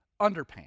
underpants